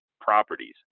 properties